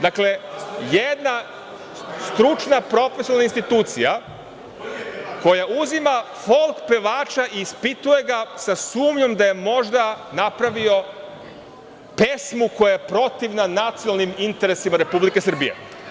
Dakle, jedna stručna profesionalna institucija koja uzima folk pevača i ispituje ga sa sumnjom da je možda napravio pesmu koja je protivna nacionalnim interesima Republike Srbije.